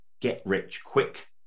get-rich-quick